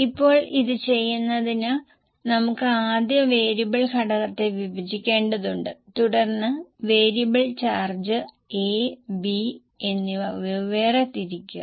ഇപ്പോൾ ഇത് ചെയ്യുന്നതിന് നമുക്ക് ആദ്യം വേരിയബിൾ ഘടകത്തെ വിഭജിക്കേണ്ടതുണ്ട് തുടർന്ന് വേരിയബിൾ ചാർജ് A B എന്നിവ വെവ്വേറെ തിരിക്കുക